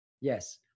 Yes